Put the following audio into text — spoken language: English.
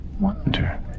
wonder